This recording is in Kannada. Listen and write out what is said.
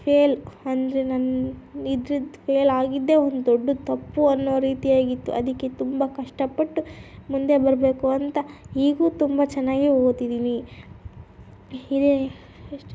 ಫೇಲ್ ಅಂದರೆ ನನ್ನ ಇದ್ರದ್ದು ಫೇಲ್ ಆಗಿದ್ದೆ ಒಂದು ದೊಡ್ಡ ತಪ್ಪು ಅನ್ನೋ ರೀತಿಯಾಗಿತ್ತು ಅದಕ್ಕೆ ತುಂಬ ಕಷ್ಟ ಪಟ್ಟು ಮುಂದೆ ಬರಬೇಕು ಅಂತ ಈಗ್ಲೂ ತುಂಬ ಚೆನ್ನಾಗಿ ಓದ್ತಿದ್ದೀನಿ ಹೆ ಅಷ್ಟೇ